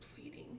pleading